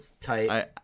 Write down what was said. Tight